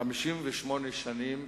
58 שנים,